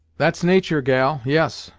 that's natur' gal yes,